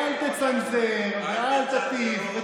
תצנזר ואל תטיף.